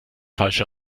falsche